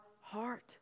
heart